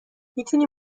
میتونی